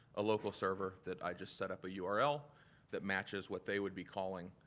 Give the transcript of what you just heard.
a local server that i just set up a yeah url that matches what they would be calling,